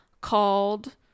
called